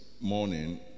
morning